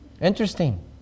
Interesting